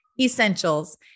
essentials